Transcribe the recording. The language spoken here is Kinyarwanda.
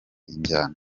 injyana